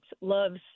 loves